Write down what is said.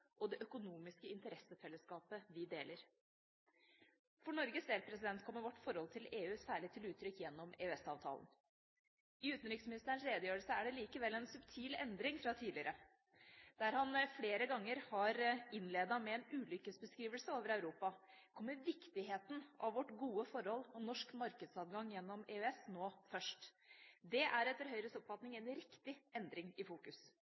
og det økonomiske interessefellesskapet vi deler. For Norges del kommer vårt forhold til EU særlig til uttrykk gjennom EØS-avtalen. I utenriksministerens redegjørelse er det likevel en subtil endring fra tidligere. Der han flere ganger har innledet med en ulykkesbeskrivelse av Europa, kommer viktigheten av vårt gode forhold om norsk markedsadgang gjennom EØS nå først. Det er etter Høyres oppfatning en riktig endring av fokus.